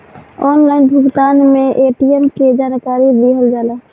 Online भुगतान में ATM के जानकारी दिहल जाला?